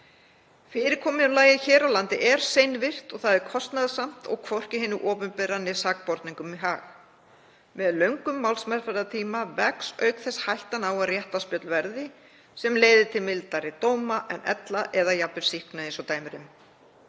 Fyrirkomulagið hér á landi er seinvirkt og það er kostnaðarsamt og hvorki hinu opinbera né sakborningum í hag. Með löngum málsmeðferðartíma vex auk þess hættan á að réttarspjöll verði sem leiðir til mildari dóma en ella eða jafnvel sýknu eins og dæmi